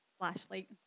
Flashlight